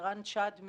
זה רן שדמי,